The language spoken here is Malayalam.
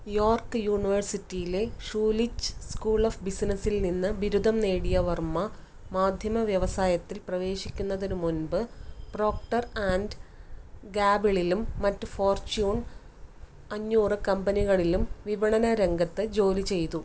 യോർക്ക് യൂണിവേഴ്സിറ്റിയിലെ ഷൂലിച്ച് സ്കൂൾ ഓഫ് ബിസിനസിൽ നിന്ന് ബിരുദം നേടിയ വർമ്മ മാധ്യമവ്യവസായത്തിൽ പ്രവേശിക്കുന്നതിനുമുൻപ് പ്രോക്ടർ ആൻഡ് ഗാബിളിലും മറ്റ് ഫോർച്യൂൺ അഞ്ഞൂറുകമ്പനികളിലും വിപണനരംഗത്ത് ജോലി ചെയ്തു